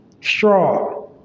straw